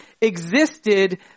existed